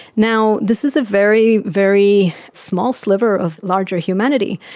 now, this is a very, very small sliver of larger humanity.